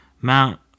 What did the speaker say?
Mount